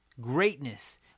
greatness